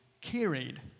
carried